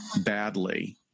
badly